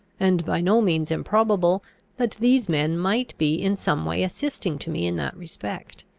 and by no means improbable that these men might be in some way assisting to me in that respect.